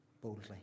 boldly